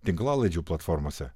tinklalaidžių platformose